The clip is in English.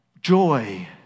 joy